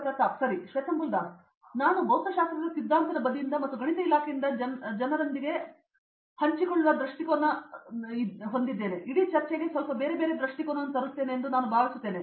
ಪ್ರತಾಪ್ ಹರಿದಾಸ್ ಸರಿ ಶ್ವೇತಂಬುಲ್ ದಾಸ್ ನಾನು ಭೌತಶಾಸ್ತ್ರದ ಸಿದ್ಧಾಂತದ ಬದಿಯಿಂದ ಮತ್ತು ನಾನು ಗಣಿತ ಇಲಾಖೆಯಿಂದ ಜನರೊಂದಿಗೆ ಹಂಚಿಕೊಳ್ಳುವ ದೃಷ್ಟಿಕೋನದಿಂದ ನಾನು ಇಡೀ ಚರ್ಚೆಗೆ ಸ್ವಲ್ಪ ಬೇರೆ ಬೇರೆ ದೃಷ್ಟಿಕೋನವನ್ನು ತರುತ್ತೇನೆ ಎಂದು ನಾನು ಭಾವಿಸುತ್ತೇನೆ